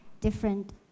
different